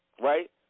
right